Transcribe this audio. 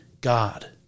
God